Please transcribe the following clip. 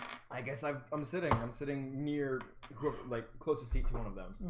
i guess i'm i'm sitting i'm sitting near like close to seats one of them